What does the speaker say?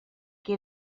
que